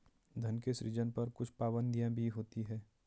धन के सृजन पर कुछ पाबंदियाँ भी होती हैं